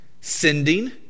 Sending